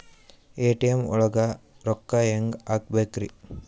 ATM ಒಳಗ್ ರೊಕ್ಕ ಹೆಂಗ್ ಹ್ಹಾಕ್ಬೇಕ್ರಿ?